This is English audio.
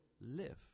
live